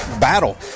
battle